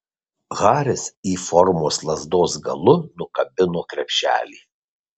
haris y formos lazdos galu nukabino krepšelį